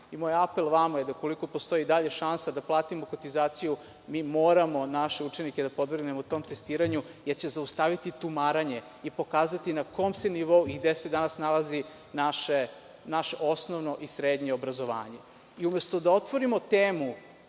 Moj apel vama je da ukoliko postoji i dalja šansa da platimo kotizaciju, mi moramo naše učenike da podvrgnemo tom testiranju, jer će zaustaviti tumaranje i pokazati na kom se nivou i gde se danas nalazi naše osnovno i srednje obrazovanje. Umesto da otvorimo temu